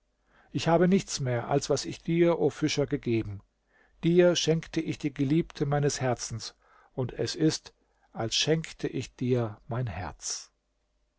ich habe nichts mehr als was ich dir o fischer gegeben dir schenkte ich die geliebte meines herzens und es ist als schenkte ich dir mein herz